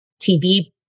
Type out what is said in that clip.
TV